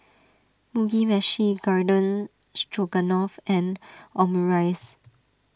Mugi Meshi Garden Stroganoff and Omurice